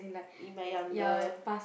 in my younger